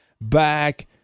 back